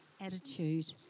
attitude